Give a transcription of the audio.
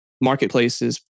marketplaces